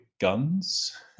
guns